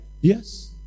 Yes